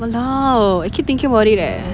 !walao! I keep thinking about it eh